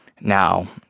Now